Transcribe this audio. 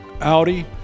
Audi